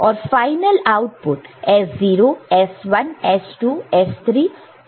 और final output S0 S1 S2 S3 और C3 होगा